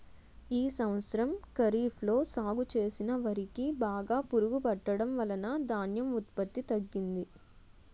ఈ సంవత్సరం ఖరీఫ్ లో సాగు చేసిన వరి కి బాగా పురుగు పట్టడం వలన ధాన్యం ఉత్పత్తి తగ్గింది